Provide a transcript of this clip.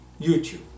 YouTube